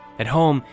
at home,